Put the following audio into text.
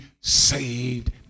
saved